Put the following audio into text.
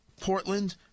Portland